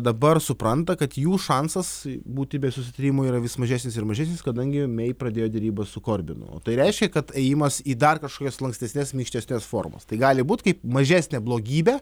dabar supranta kad jų šansas būti be susitarimo yra vis mažesnis ir mažesnis kadangi mei pradėjo derybas su korbinu o tai reiškia kad ėjimas į dar kažkokias lankstesnes minkštesnes formos tai gali būt kaip mažesnė blogybė